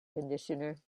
conditioner